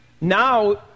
now